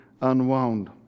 unwound